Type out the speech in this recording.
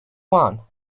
one